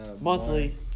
Monthly